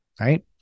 right